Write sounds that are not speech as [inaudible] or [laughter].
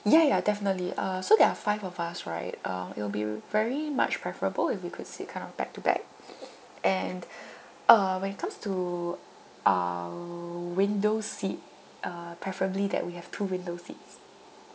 ya ya definitely uh so there are five of us right um it will be very much preferable if we could sit kind of back to back [noise] and uh when it comes to uh window seat uh preferably that we have two window seats